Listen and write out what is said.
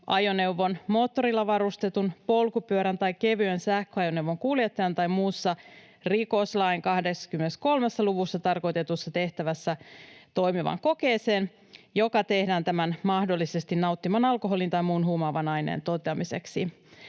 ajoneuvon, moottorilla varustetun polkupyörän tai kevyen sähköajoneuvon kuljettajan tai muussa rikoslain 23 luvussa tarkoitetussa tehtävässä toimivan kokeeseen, joka tehdään tämän mahdollisesti nauttiman alkoholin tai muun huumaavan aineen toteamiseksi.